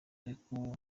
ariko